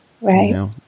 Right